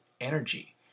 energy